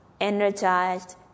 energized